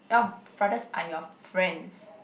your brothers are your friends